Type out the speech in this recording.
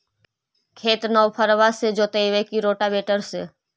खेत नौफरबा से जोतइबै की रोटावेटर से?